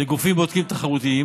לגופים בודקים תחרותיים